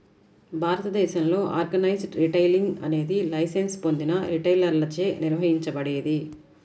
భారతదేశంలో organised retailing అనేది licence పొందిన రిటైలర్లచే నిర్వహించబడేది